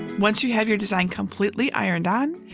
once you have your design completely ironed on,